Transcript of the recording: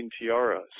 tiaras